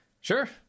Sure